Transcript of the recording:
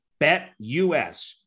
BetUS